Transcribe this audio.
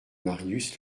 marius